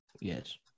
Yes